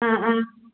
ꯑꯥ ꯑꯥ